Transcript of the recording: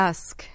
Ask